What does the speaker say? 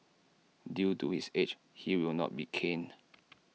due to his age he will not be caned